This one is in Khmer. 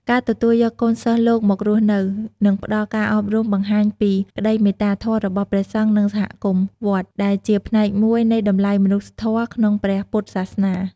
ការទទួលយកកូនសិស្សលោកមករស់នៅ និងផ្ដល់ការអប់រំបង្ហាញពីក្ដីមេត្តាធម៌របស់ព្រះសង្ឃ និងសហគមន៍វត្ត ដែលជាផ្នែកមួយនៃតម្លៃមនុស្សធម៌ក្នុងព្រះពុទ្ធសាសនា។